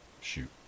Shoot